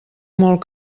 molt